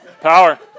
power